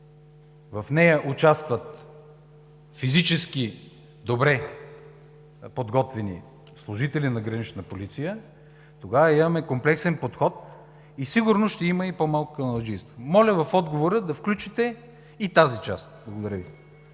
в нея участват добре подготвени физически служители на „Гранична полиция“, тогава имаме комплексен подход и сигурно ще има по-малко каналджийство. Моля в отговора да включите и тази част. Благодаря Ви.